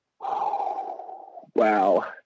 Wow